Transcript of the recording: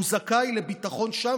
הוא זכאי לביטחון שם,